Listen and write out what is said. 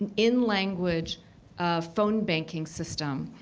in-language phone banking system,